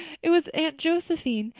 it was aunt josephine,